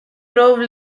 drove